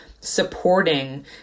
supporting